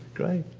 great.